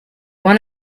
want